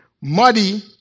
muddy